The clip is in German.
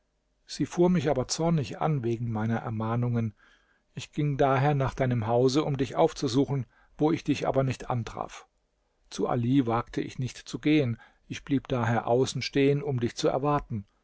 sie fuhr mich aber zornig an wegen meiner ermahnungen ich ging daher nach deinem hause um dich aufzusuchen wo ich dich aber nicht antraf zu ali wagte ich nicht zu gehen ich blieb daher außen stehen um dich zu erwarten